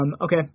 Okay